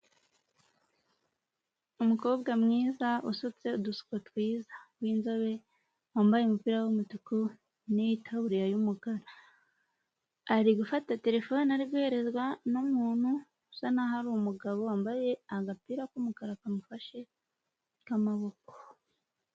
Umukobwa mwiza usutse udusuko twiza w'inzobe, wambaye umupira w'umutuku n'itaburiya y'umukara. Ari gufata terefone ari guherezwa n'umuntu usa n'aho ari umugabo, wambaye agapira k'umukara kamufashe k'amaboko.